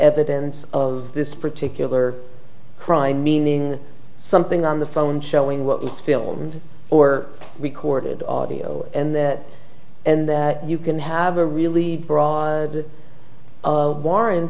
evidence of this particular crime meaning something on the phone showing what was filmed or recorded audio and that and that you can have a really broad warrant